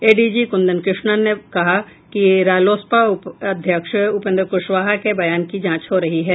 ADG Kundan Krishnan ने कहा कि रालोसपा अध्यक्ष उपेंद्र कुशवाहा के बयान की जांच हो रही है